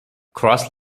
cross